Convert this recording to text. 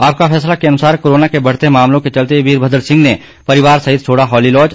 आपका फैसला के अनुसार कोरोना के बढ़ते मामलों के चलते वीरभद्र सिंह ने परिवार सहित छोड़ा हॉलीलाज